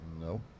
No